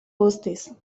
guztiz